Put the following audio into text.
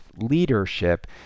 leadership